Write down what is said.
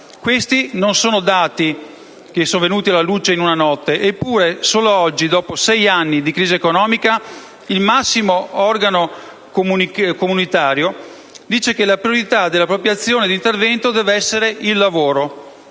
Questi non sono dati che sono venuti alla luce in una notte; eppure solo oggi, dopo sei anni di crisi economica, il massimo organo comunitario dice che la priorità della propria azione di intervento deve essere il lavoro,